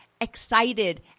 excited